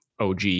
OG